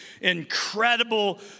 incredible